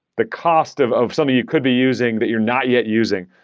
the cost of of something you could be using that you're not yet using.